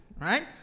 right